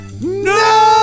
No